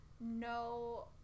no